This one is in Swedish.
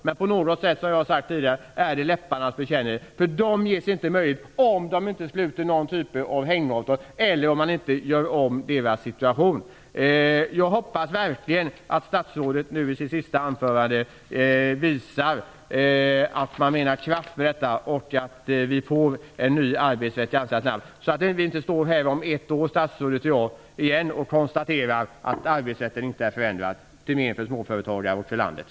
Men på något sätt är det, som jag tidigare har sagt, en läpparnas bekännelse. De kommer nämligen inte att ges någon möjlighet, om det inte sluts någon typ av hängavtal eller om inte deras situation förändras. Jag hoppas verkligen att statsrådet nu i sitt avslutande anförande visar att man menar allvar med en ny arbetsrätt, så inte statsrådet och jag står här om ett år igen och konstaterar att arbetsrätten inte är förändrad, till men för småföretagare och för landet.